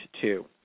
two